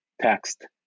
text